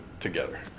together